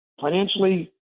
Financially